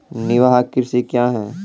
निवाहक कृषि क्या हैं?